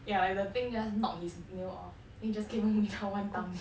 yeah like the thing just knock his nail off then he just came home without one thumbnail